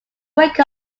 wake